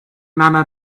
mama